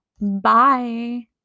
Bye